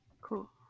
Cool